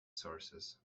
sources